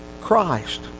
Christ